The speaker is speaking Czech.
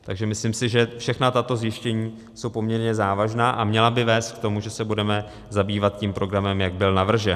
Takže myslím si, že všechna tato zjištění jsou poměrně závažná a měla by vést k tomu, že se budeme zabývat tím programem, tak jak byl navržen.